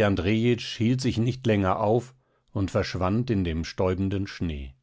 hielt sich nicht länger auf und verschwand in dem stäubenden schnee